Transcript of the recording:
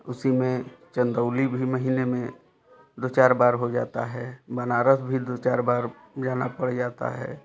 उसी में चंदौली भी महीने में दो चार बार हो जाता है बनारस भी दो चार बार जाना पड़ जाता है